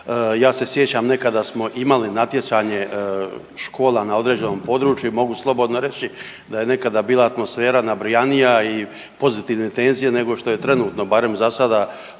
Ja se sjećam nekada smo imali natjecanje škola na određenom području i mogu slobodno reći da je nekada bila atmosfera nabrijanija i pozitivne tenzije nego što je trenutno barem za sada